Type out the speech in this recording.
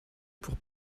pour